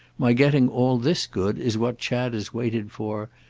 my getting all this good is what chad has waited for,